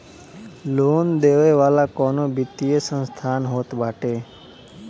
loan देवे वाला कवनो वित्तीय संस्थान होत बाटे